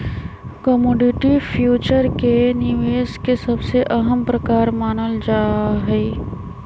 commodity future के निवेश के सबसे अहम प्रकार मानल जाहई